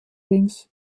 wings